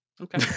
Okay